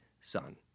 son